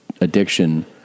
addiction